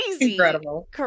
Incredible